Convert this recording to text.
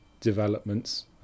developments